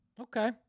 Okay